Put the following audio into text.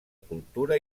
cultura